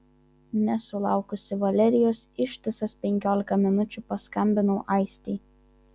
nesulaukusi valerijos ištisas penkiolika minučių paskambinau aistei